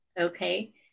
okay